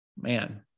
man